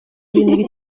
ibintu